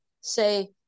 say